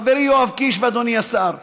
חברי יואב קיש ואדוני השר ושרן: